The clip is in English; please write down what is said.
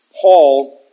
Paul